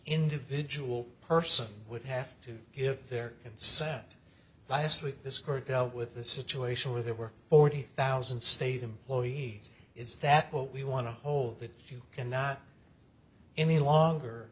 individual person would have to give their consent last week this court dealt with a situation where there were forty thousand state employees is that what we want to hold that you cannot any longer